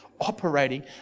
operating